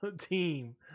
team